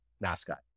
Mascot